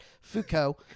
Foucault